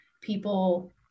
people